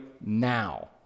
now